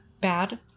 Bad